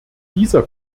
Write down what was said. dieser